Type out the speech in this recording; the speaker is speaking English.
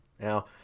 Now